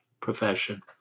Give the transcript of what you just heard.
profession